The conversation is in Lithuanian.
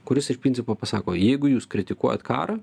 kuris iš principo pasako jeigu jūs kritikuojat karą